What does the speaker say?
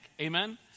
Amen